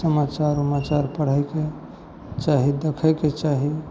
समाचार उमाचार पढ़ैके चाही देखैके चाही